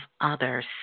others